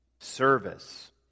service